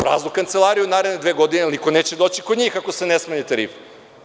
Praznu kancelariju u naredne dve godine jer niko neće doći kod njih ako se ne smanji tarifa.